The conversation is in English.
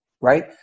Right